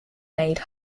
made